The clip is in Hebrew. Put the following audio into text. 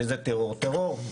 כשזה טרור, טרור.